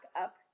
up